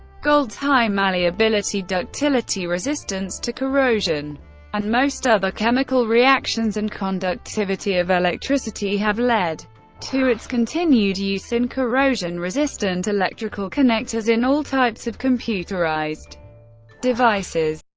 gold's high malleability, ductility, resistance to corrosion and most other chemical reactions, and conductivity of electricity have led to its continued use in corrosion resistant electrical connectors in all types of computerized devices.